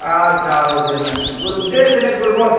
ଆଚ୍ଛା ହଉ ସେନେ ଗୁର୍ ଦେ ସେନେ ଗୁର୍ମର୍